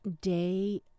day